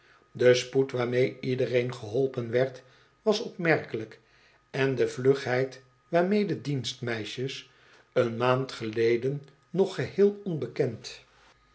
de spoed waarmee iedereen geholpen werd was opmerkelijk en de vlugheid waarmee de dienstmeisjes een maand geleden nog geheel onbekend